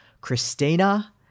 Christina